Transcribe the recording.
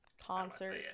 concert